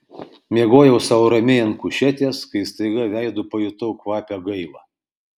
miegojau sau ramiai ant kušetės kai staiga veidu pajutau kvapią gaivą